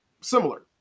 similar